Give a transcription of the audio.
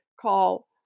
call